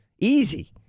Easy